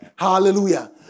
Hallelujah